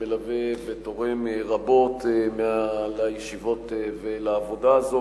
שמלווה ותורם רבות לישיבות ולעבודה הזאת.